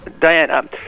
Diane